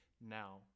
now